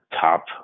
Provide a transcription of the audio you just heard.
top